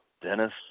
Dennis